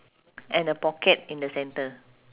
and a pocket in the centre